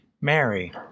Mary